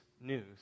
news